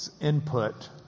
input